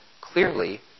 clearly